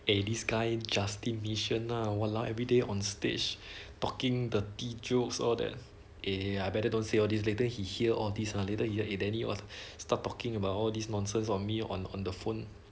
eh this guy justin misson nah now !walao! everyday on stage talking dirty jokes all that eh I better don't say all these later he hear all these ah later he let his daddy hor start talking about all these nonsense on me on the phone